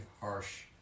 harsh